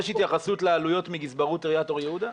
יש התייחסות לעלויות מגזברות עיריית אור יהודה?